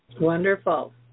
Wonderful